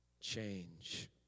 Change